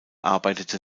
arbeitete